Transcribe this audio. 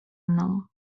mną